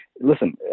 listen